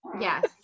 Yes